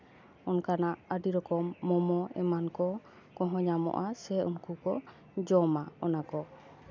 ᱚᱱᱠᱟᱱᱟᱜ ᱟᱹᱰᱤ ᱨᱚᱠᱚᱢ ᱢᱳᱢᱳ ᱮᱢᱟᱱ ᱠᱚ ᱠᱚᱦᱚᱸ ᱧᱟᱢᱚᱜᱼᱟ ᱥᱮ ᱩᱱᱠᱩ ᱠᱚ ᱡᱚᱢᱟ ᱚᱱᱟ ᱠᱚ